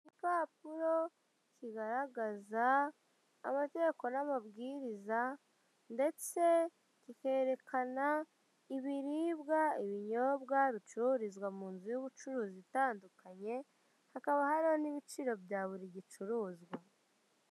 Igipapuro kigaragaza amategeko n'amabwiriza ndetse kikerekana ibiribwa, ibinyobwa bicururizwa mu nzu y'ubucuruzi itandukanye hakaba hariho n'ibiciro byaburi gicuruzwa.